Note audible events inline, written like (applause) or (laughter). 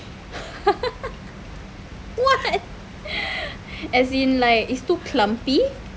(laughs) what as in like is too clumpy